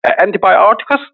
antibiotics